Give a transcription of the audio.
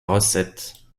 recette